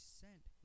sent